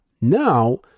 Now